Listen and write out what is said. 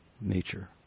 nature